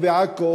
או בעכו,